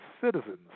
citizens